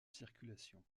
circulation